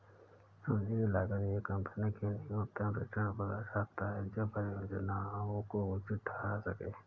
पूंजी की लागत एक कंपनी के न्यूनतम रिटर्न को दर्शाता है जो परियोजना को उचित ठहरा सकें